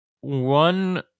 one